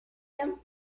him